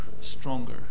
stronger